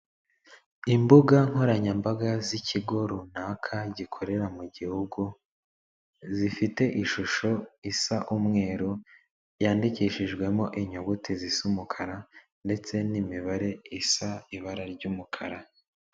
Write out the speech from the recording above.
Imbuga nkoranyambaga z'ikigo runaka, gikorera mu gihugu, zifite ishusho isa umweru yandikishijwemo inyuguti zisa umukara, ndetse n'imibare isa ibara ry'umukara.